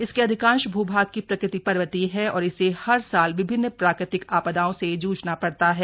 इसके अधिकांश भू भाग की प्रकृति पर्वतीय है और इसे हर साल विभिन्न प्राकृतिक आपदाओं से जूझना पड़ता है